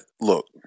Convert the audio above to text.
look